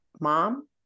mom